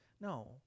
No